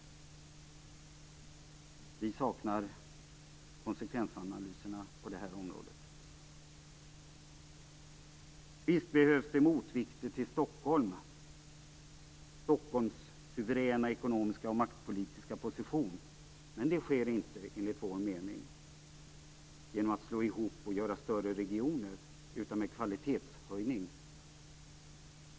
Vi saknar konsekvensanalyser på det här området. Visst behövs det en motvikt till Stockholm, till Stockholms suveräna ekonomiska och maktpolitiska position. Men det sker inte enligt vår mening genom att slå ihop och göra större regioner, utan genom kvalitetshöjning.